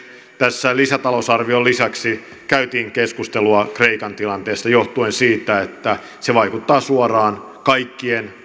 tässä lisätalousarvion lisäksi käytiin keskustelua kreikan tilanteesta johtuen siitä että se mikä on kreikassa tulevaisuudessa ratkaisu vaikuttaa suoraan kaikkien